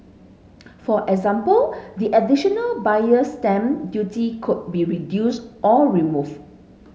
for example the additional Buyer's Stamp Duty could be reduced or removed